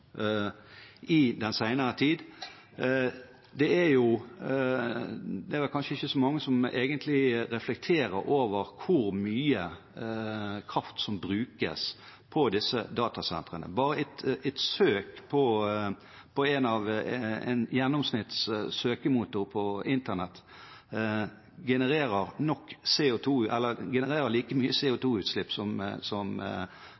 i den senere tid. Det er kanskje ikke så mange som egentlig reflekterer over hvor mye kraft som brukes på disse datasentrene. Bare et søk på en gjennomsnitts søkemotor på Internett genererer like mye CO2-utslipp som